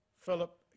Philip